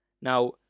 Now